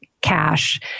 cash